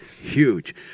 huge